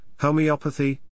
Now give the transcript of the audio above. homeopathy